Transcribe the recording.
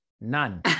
none